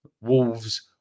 Wolves